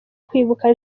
kwibuka